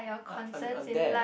I I I am there